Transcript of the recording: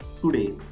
Today